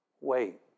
Wait